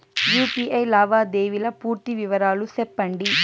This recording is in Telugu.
యు.పి.ఐ లావాదేవీల పూర్తి వివరాలు సెప్పండి?